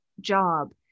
job